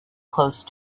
close